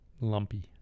lumpy